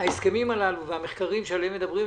ההסכמים הללו והמחקרים עליהם מדברים,